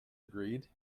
agreed